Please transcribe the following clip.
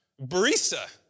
Barista